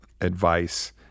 advice